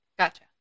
Gotcha